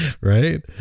Right